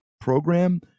program